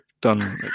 done